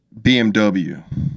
BMW